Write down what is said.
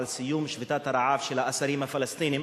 על סיום שביתת הרעב של האסירים הפלסטינים.